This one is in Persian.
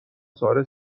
ساره